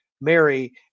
Mary